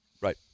Right